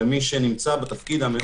אם צריך לשפץ את ההגדרות, תשפצו אותן.